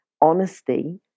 honesty